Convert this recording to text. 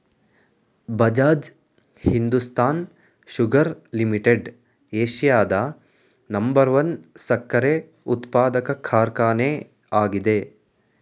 Bajaj Hindustan sugar limited ಏಷ್ಯಾದ number one ಸಕ್ಕರೆ ಉತ್ಪಾದಕ ಕಾರ್ಖಾನೆ ಆಗಿದೆ